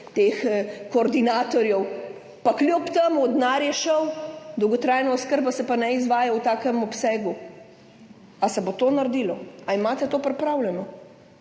teh koordinatorjev, pa je kljub temu denar šel, dolgotrajna oskrba se pa ne izvaja v takem obsegu. Ali se bo to naredilo? Ali imate to pripravljeno?